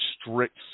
strict